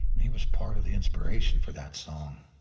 and he was part of the inspiration for that song.